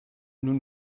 nous